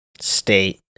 state